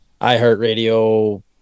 iHeartRadio